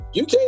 UK